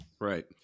Right